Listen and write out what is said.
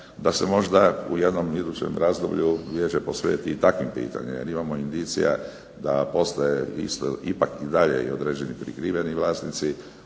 da se možda u jednom idućem razdoblje Vijeće posveti i takvim pitanjima jer imamo indicija da postoje i dalje određeni prikriveni vlasnici